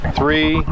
three